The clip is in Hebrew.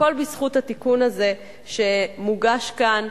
הכול בזכות התיקון הזה שמוגש כאן,